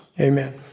Amen